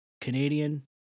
Canadian